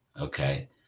okay